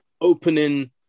opening